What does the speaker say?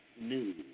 News